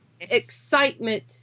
excitement